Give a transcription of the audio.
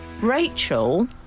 Rachel